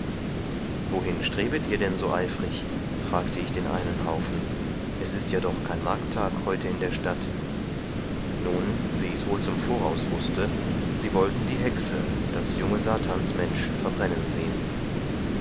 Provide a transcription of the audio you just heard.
wohin strebet ihr denn so eifrig fragte ich den einen haufen es ist ja doch kein markttag heute in der stadt nun wie ich's wohl zum voraus wußte sie wollten die hexe das junge satansmensch verbrennen sehen